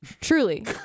Truly